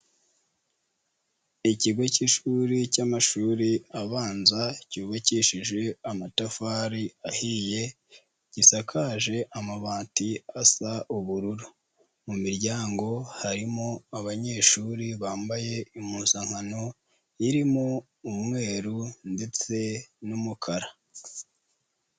Ikigo cy'ishuri cy'amashuri abanza cyubakishije amatafari ahiye, gisakaje amabati asa ubururu, mu miryango harimo abanyeshuri bambaye impuzankano irimo umweru ndetse n'umukara.